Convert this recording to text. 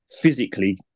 physically